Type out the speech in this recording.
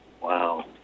Wow